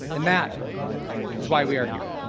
and that is why we're here